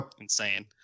insane